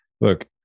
look